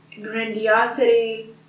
grandiosity